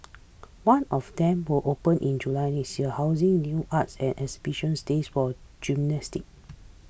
one of them will open in July next year housing new arts and exhibition states for a gymnasium